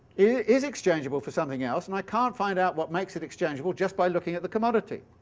is exchangeable for something else and i can't find out what makes it exchangeable just by looking at the commodity.